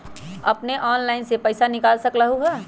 अपने ऑनलाइन से पईसा निकाल सकलहु ह?